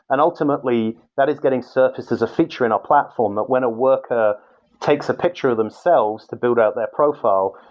and ultimately, that is getting surface as a feature in our platform that when a worker takes a picture of themselves to build out their profile,